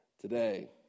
today